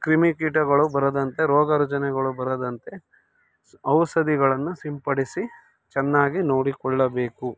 ಕ್ರಿಮಿ ಕೀಟಗಳು ಬರದಂತೆ ರೋಗ ರುಜಿನಗಳು ಬರದಂತೆ ಔಷಧಿಗಳನ್ನು ಸಿಂಪಡಿಸಿ ಚೆನ್ನಾಗಿ ನೋಡಿಕೊಳ್ಳಬೇಕು